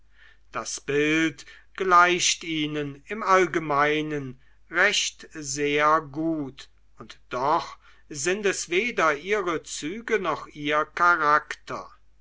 das bild gleicht ihnen im allgemeinen recht sehr gut und doch sind es weder ihre züge noch ihr charakter